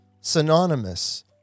synonymous